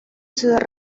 ciudad